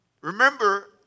Remember